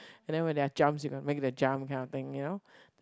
and then when they are jumps you gotta make the jump kind of thing you know